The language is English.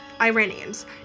Iranians